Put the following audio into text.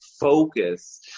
focus